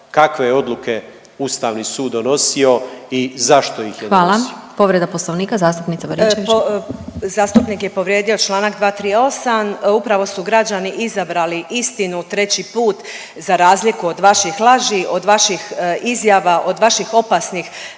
kakve je odluke Ustavni sud donosio i zašto ih je donosio. **Glasovac, Sabina (SDP)** Hvala. Povreda Poslovnika zastupnica Baričević. **Baričević, Danica (HDZ)** Zastupnik je povrijedio članak 238. Upravo su građani izabrali istinu treći put za razliku od vaših laži, od vaših izjava, od vaših opasnih